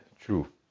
true